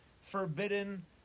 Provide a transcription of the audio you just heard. forbidden